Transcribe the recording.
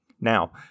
Now